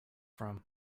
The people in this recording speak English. from